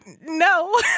No